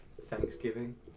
thanksgiving